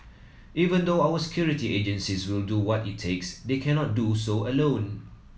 even though our security agencies will do what it takes they cannot do so alone